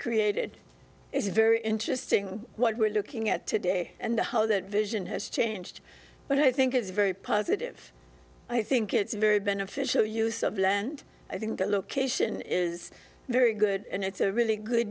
created it's very interesting what we're looking at today and how that vision has changed but i think it's very positive i think it's very beneficial use of the land i think the location is very good and it's a really good